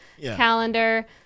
calendar